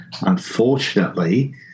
unfortunately